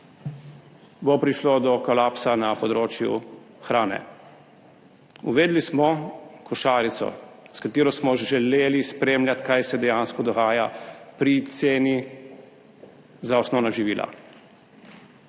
prišlo do kolapsa na področju hrane. Uvedli smo košarico, s katero smo želeli spremljati, kaj se dejansko dogaja pri ceni za osnovna živila.